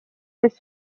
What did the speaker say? sest